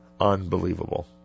Unbelievable